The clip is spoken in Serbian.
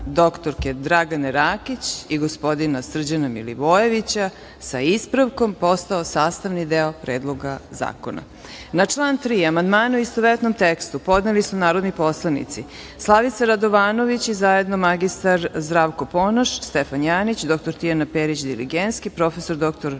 dr Dragane Rakić i gospodina Srđana Milivojevića, sa ispravkom, postao sastavni deo Predloga zakona. Na član 3. amandmane, u istovetnom tekstu, podneli su narodni poslanici Slavica Radovanović i zajedno mr Zdravko Ponoš, Stefan Janjić, dr Tijana Perić Diligenski, prof. dr Dragan Delić,